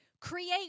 Create